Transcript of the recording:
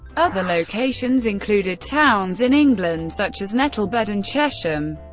other locations included towns in england such as nettlebed and chesham.